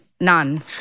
None